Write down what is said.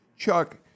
Chuck